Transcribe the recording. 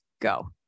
go